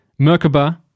Merkaba